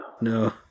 No